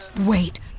wait